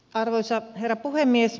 arvoisa herra puhemies